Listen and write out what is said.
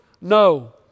No